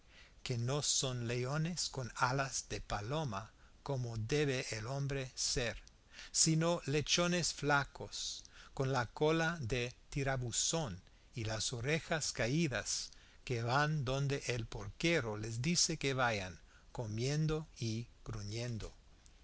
que no son leones con alas de paloma como debe el hombre ser sino lechones flacos con la cola de tirabuzón y las orejas caídas que van donde el porquero les dice que vayan comiendo y gruñendo